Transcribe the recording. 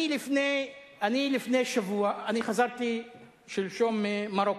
לפני שבוע, חזרתי שלשום ממרוקו,